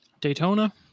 Daytona